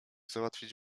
załatwić